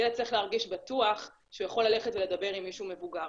ילד צריך להרגיש בטוח שהוא יכול ללכת ולדבר עם מישהו מבוגר,